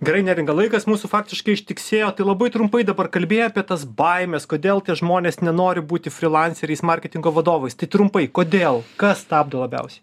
gerai neringa laikas mūsų faktiškai ištiksėjo tai labai trumpai dabar kalbėjai apie tas baimes kodėl tie žmonės nenori būti frilanseriais marketingo vadovais tai trumpai kodėl kas stabdo labiausiai